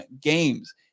games